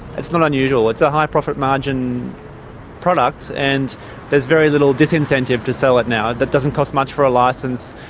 it's not unusual. it's a high profit margin product and there's very little disincentive to sell it now. it doesn't cost much for a licence,